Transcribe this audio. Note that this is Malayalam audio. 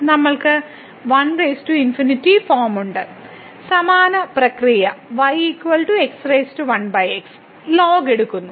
നമ്മൾക്ക് 1∞ ഫോം ഉണ്ട് സമാന പ്രക്രിയയെ y ലോഗരിഥമിക് എടുക്കുന്നു